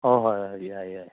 ꯍꯣꯏ ꯍꯣꯏ ꯍꯣꯏ ꯌꯥꯏ ꯌꯥꯏ